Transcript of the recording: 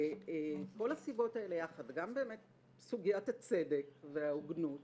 כל הסיבות האלה, וגם באמת סוגיית הצדק וההוגנות